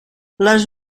les